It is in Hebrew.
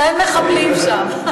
כשאין מחבלים שם.